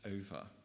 over